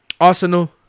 Arsenal